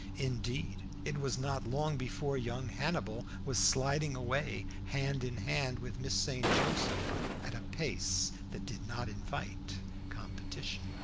indeed, it was not long before young hannibal was sliding away hand in hand with miss st. joseph at a pace that did not invite competition.